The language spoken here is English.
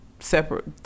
Separate